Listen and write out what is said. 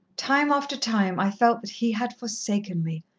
time after time, i felt that he had forsaken me,